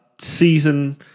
season